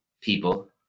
people